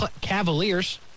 Cavaliers